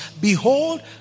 behold